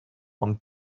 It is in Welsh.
ond